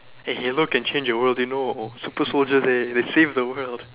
hey halo can change your world you know super soldiers eh they save the world